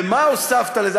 ומה הוספת לזה,